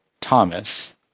Thomas